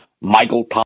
Michael